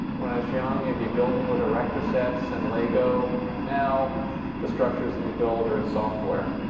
when i was young it'd be building with erector sets and lego now the structures that you build are in software.